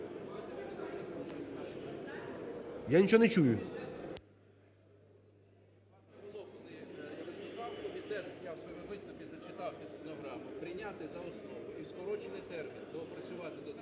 Я нічого не чую.